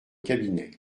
cabinet